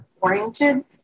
oriented